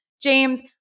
James